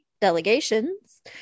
delegations